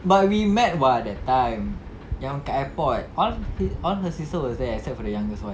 but we met [what] that time yang kat airport all all her sisters were there except for the youngest [one]